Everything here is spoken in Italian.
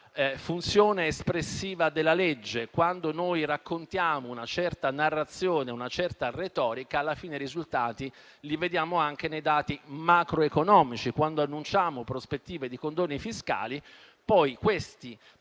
funzione espressiva della legge: quando utilizziamo una certa narrazione e una certa retorica, alla fine i risultati li vediamo anche nei dati macroeconomici. Quando annunciamo prospettive di condoni fiscali, poi questi